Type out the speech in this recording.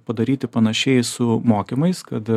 padaryti panašiai su mokymais kad